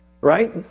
right